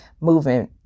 moving